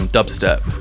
Dubstep